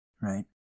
Right